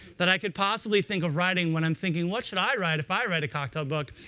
that i could possibly think of writing, when i'm thinking, what should i write, if i write a cocktail book?